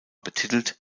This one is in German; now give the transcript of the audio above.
betitelt